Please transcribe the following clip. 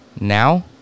now